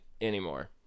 anymore